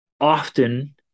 often